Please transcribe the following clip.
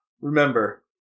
remember